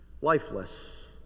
Lifeless